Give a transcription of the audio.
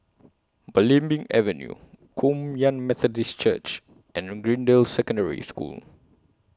Belimbing Avenue Kum Yan Methodist Church and Greendale Secondary School